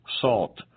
salt